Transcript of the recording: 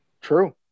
True